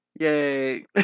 yay